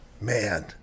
Man